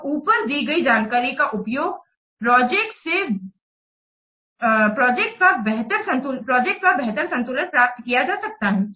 तो ऊपर दी गई जानकारी का उपयोग प्रोजेक्ट से का बेहतर संतुलन प्राप्त किया जा सकता है